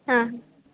हां